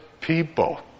people